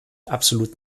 absolut